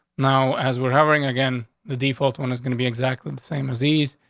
now, as we're hovering again, the default one is gonna be exactly the same disease.